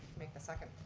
make a second,